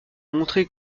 montré